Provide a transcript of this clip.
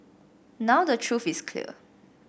now the truth is clear